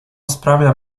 sprawia